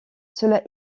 cela